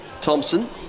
Thompson